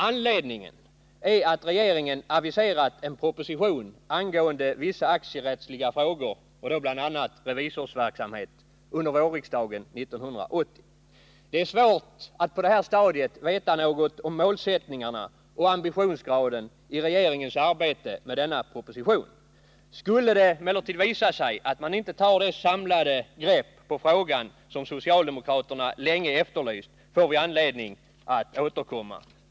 Anledningen härtill är att regeringen aviserat en proposition angående vissa aktierättsliga frågor, bl.a. revisionsverksamhet, under vårriksdagen 1980. Det är svårt att på detta stadium veta något om målsättningarna och ambitionsgraden i regeringens arbete med denna proposition. Skulle det emellertid visa sig att man inte tar det samlade grepp på frågan som socialdemokraterna länge efterlyst får vi anledning att återkomma.